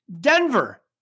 Denver